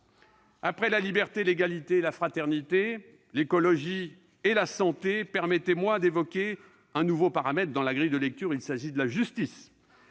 Après la liberté, l'égalité, la fraternité, l'écologie et la santé, permettez-moi d'évoquer un nouveau paramètre de la grille de lecture : la justice.